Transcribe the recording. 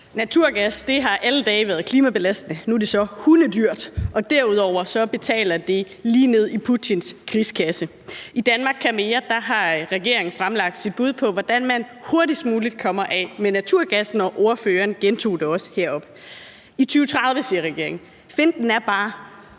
Naturgas har alle dage været klimabelastende. Nu er det så hundedyrt, og derudover kommer det lige ned i Putins krigskasse. I »Danmark kan mere II« har regeringen fremlagt sit bud på, hvordan man hurtigst muligt kommer af med naturgassen, og ordføreren gentog det også heroppe. I 2030, siger regeringen. Finten er bare,